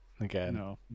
Again